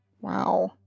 Wow